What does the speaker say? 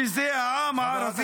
שזה העם הערבי.